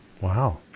Wow